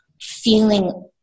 feeling